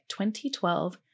2012